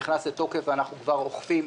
נכנס לתוקף ואנחנו כבר אוכפים.